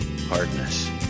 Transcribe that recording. hardness